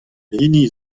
pehini